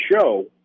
show